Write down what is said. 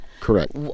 Correct